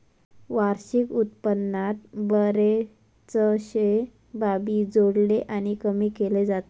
वार्षिक उत्पन्नात बरेचशे बाबी जोडले आणि कमी केले जातत